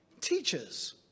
Teachers